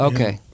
Okay